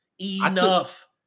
Enough